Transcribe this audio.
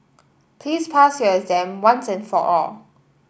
please pass your exam once and for all